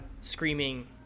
screaming